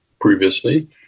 previously